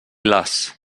las